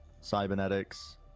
cybernetics